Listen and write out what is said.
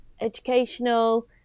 Educational